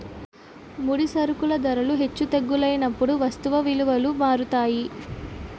ముడి సరుకుల ధరలు హెచ్చు తగ్గులైనప్పుడు వస్తువు విలువలు మారుతాయి